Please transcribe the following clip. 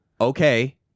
okay